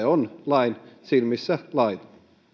on lain silmissä laiton